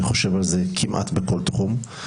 אני חושב על זה כמעט בכל תחום.